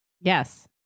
yes